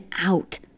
out